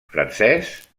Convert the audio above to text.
francès